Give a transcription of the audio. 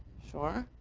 sure.